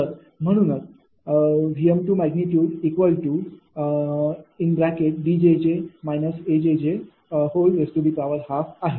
तर म्हणूनच ।𝑉। 𝐷𝑗𝑗−𝐴𝑗𝑗12आहे